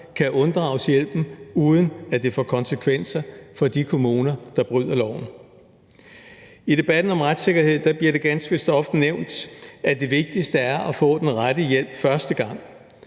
kan unddrages hjælpen, uden at det får konsekvenser for de kommuner, der bryder loven. I debatten om retssikkerhed bliver det ganske vist ofte nævnt, at det vigtigste er at få den rette hjælp første gang.